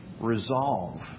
resolve